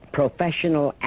professional